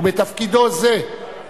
ובתפקידו זה,